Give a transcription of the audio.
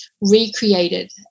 recreated